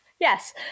Yes